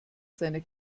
seiner